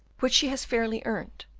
which she has fairly earned,